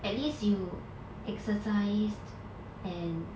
at least you exercised and